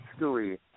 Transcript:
Stewie